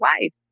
wife